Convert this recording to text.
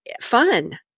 fun